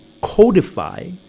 codify